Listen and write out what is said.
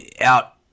out